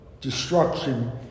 destruction